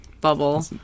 bubble